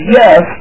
yes